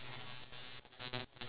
because